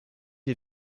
les